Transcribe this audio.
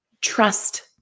Trust